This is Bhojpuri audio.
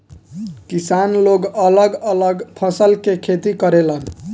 किसान लोग अलग अलग फसल के खेती करेलन